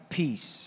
peace